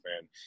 man